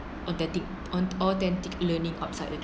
authentic au~ authentic learning outside